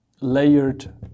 layered